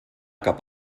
cap